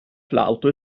flauto